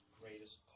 greatest